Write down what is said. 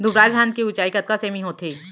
दुबराज धान के ऊँचाई कतका सेमी होथे?